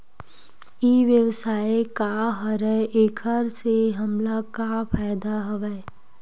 ई व्यवसाय का हरय एखर से हमला का फ़ायदा हवय?